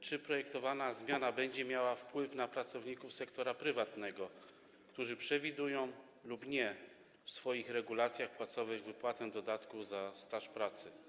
Czy projektowana zmiana będzie miała wpływ na pracowników sektora prywatnego, w którym przewiduje się lub nie w regulacjach płacowych wypłatę dodatku za staż pracy?